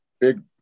big